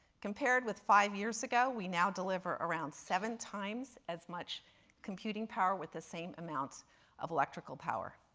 compared with five years ago, we now deliver around seven times as much computing power with the same amount of electrical power.